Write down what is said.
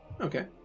Okay